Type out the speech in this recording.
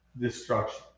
destruction